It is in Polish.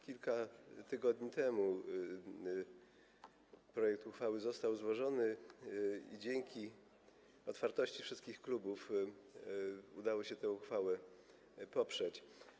Kilka tygodni temu projekt uchwały został złożony i dzięki otwartości wszystkich klubów udało się tę uchwałę poprzeć.